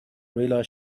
realized